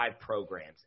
programs